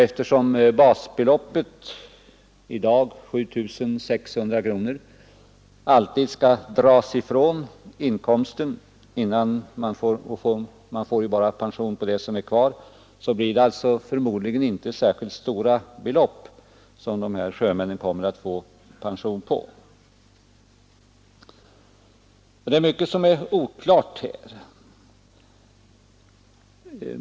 Eftersom basbeloppet — i dag 7600 kronor — alltid skall dras ifrån det pensionsgrundande beloppet, blir det förmodligen inte så stora pensioner de här sjömännen kommer att få. Det är mycket som är oklart här.